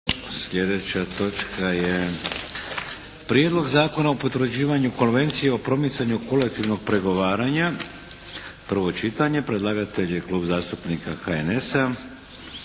Slijedeća točka je - Prijedlog zakona o potvrđivanju Konvencije o promicanju kolektivnog pregovaranja (br. 154) – predlagatelj Klub zastupnika HNS-a,